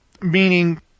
Meaning